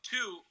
Two